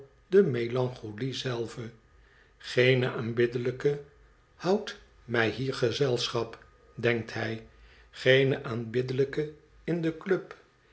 de melancholie zelve geene aanbiddelijke houdt mij hier gezelschap denkt hij geene aanbiddelijke in de club